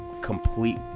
complete